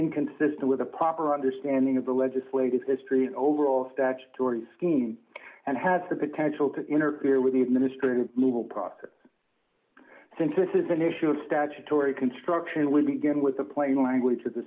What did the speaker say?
inconsistent with a proper understanding of the legislative history and overall statutory scheme and has the potential to interfere with the administrative move or profit center this is an issue of statutory construction we begin with the plain language of the